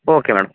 okay madam